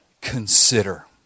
consider